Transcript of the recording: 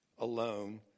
alone